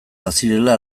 bazirela